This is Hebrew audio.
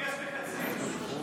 ניפגש בקצרין.